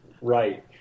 Right